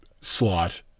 slot